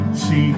see